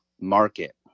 Market